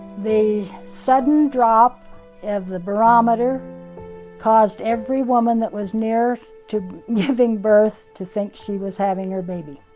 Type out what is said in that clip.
the sudden drop of the barometer caused every woman that was near to giving birth to think she was having her baby.